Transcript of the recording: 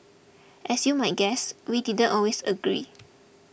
as you might guess we didn't always agree